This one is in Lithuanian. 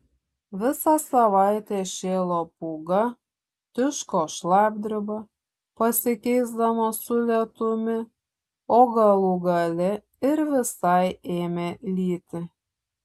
visą savaitę šėlo pūga tiško šlapdriba pasikeisdama su lietumi o galų gale ir visai ėmė lyti